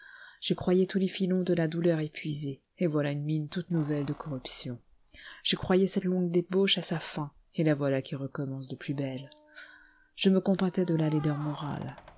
je croyais tous les filons de la douleur épuisés et voilà une mine toute nouvelle de corruption je croyais cette longue débauche à sa fin et la voilà qui recommence de plus belle je me contentais de la laideur morale